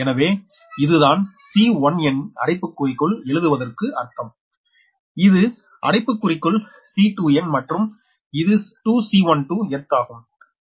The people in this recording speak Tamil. எனவே இதுதான் C1nஅடைப்புக்குறிக்குள் எழுதுவதற்கு அர்த்தம் இது அடைப்புக்குறிக்குள் C2n மற்றும் இது 2 C12 எர்த் ஆகும்